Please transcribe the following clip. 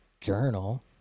Journal